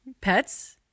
pets